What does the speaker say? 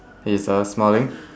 he is uh smiling